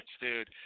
dude